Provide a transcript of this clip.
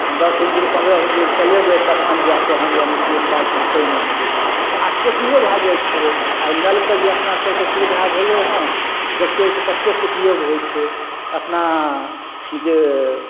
दस हैंडिल पन्द्रह हैंडिल चलेबै तखन जाके हम यानिकि एक बाल्टिन पानि अनबै तऽ आसकत्तियो भए जाइ छलै आइ नलके जे अपना सबके सुविधा भेलै हँ तऽ देखियौ ओइसँ कतेक उपयोग होइ छै अपना जे